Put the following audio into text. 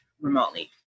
remotely